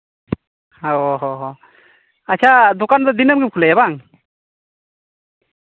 ᱚ ᱚ ᱟᱪᱪᱷᱟ ᱫᱚᱠᱟᱱ ᱫᱚ ᱫᱤᱱᱟᱹᱢ ᱜᱮᱢ ᱠᱷᱩᱞᱟᱹᱣᱫᱟ ᱦᱮᱸᱵᱟᱝ